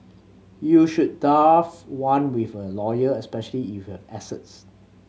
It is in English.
you should draft one with a lawyer especially if you have assets